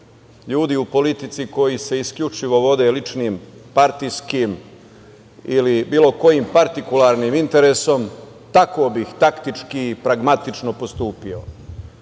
ljudi u politici koji se isključivo vode ličnim, partijskim ili bilo kojim partikularnim interesom, tako bih taktički, pragmatično postupio,